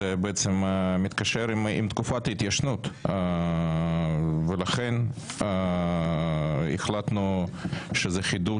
זה בעצם מתקשר עם תקופת ההתיישנות ולכן החלטנו שזה חידוד